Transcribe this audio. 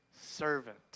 servant